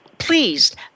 pleased